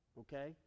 okay